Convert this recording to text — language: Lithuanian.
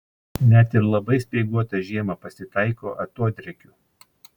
net ir labai speiguotą žiemą pasitaiko atodrėkių